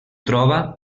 troba